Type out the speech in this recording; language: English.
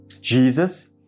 Jesus